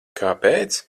kāpēc